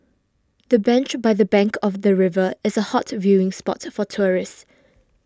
the bench by the bank of the river is a hot viewing spot for tourists